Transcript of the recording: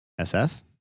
SF